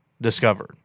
discovered